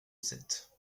sept